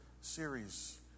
series